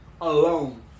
alone